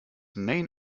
main